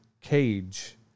cage